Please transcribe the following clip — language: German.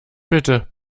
bitte